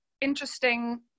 interesting